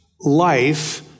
life